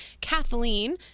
Kathleen